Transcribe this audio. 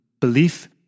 belief